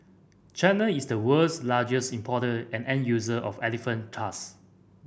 China is the world's largest importer and end user of elephant tusk